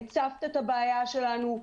הצפת את הבעיה שלנו,